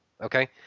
Okay